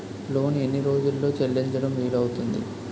Loan ఎన్ని రోజుల్లో చెల్లించడం వీలు అవుతుంది?